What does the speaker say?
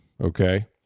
okay